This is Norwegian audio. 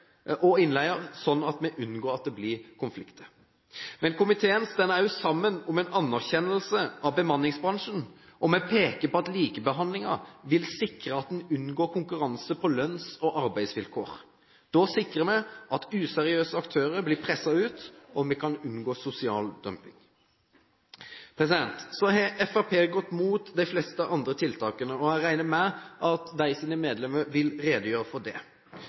at vi unngår at det blir konflikter. Men komiteen står også sammen om en anerkjennelse av bemanningsbransjen, og vi peker på at likebehandlingen vil sikre at man unngår konkurranse på lønns- og arbeidsvilkår. Da sikrer vi at useriøse aktører blir presset ut, og vi kan unngå sosial dumping. Fremskrittspartiet har gått mot de fleste andre tiltakene, og jeg regner med at deres medlemmer vil redegjøre for det.